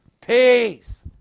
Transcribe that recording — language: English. Peace